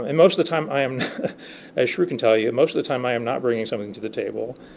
and most of the time i am ah sure i can tell you most of the time i am not bringing something to the table.